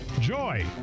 Joy